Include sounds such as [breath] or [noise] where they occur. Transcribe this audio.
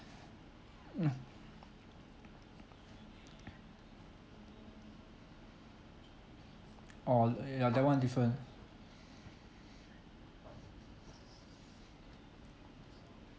mm oh ya that one different [breath]